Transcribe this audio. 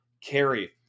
carry